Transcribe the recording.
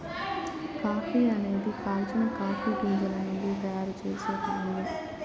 coffee అనేది కాల్చిన coffee గింజల నుండి తయారు చేసే పానీయం